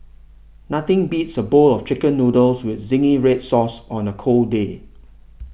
nothing beats a bowl of Chicken Noodles with Zingy Red Sauce on a cold day